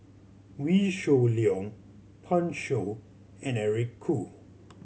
Wee Shoo Leong Pan Shou and Eric Khoo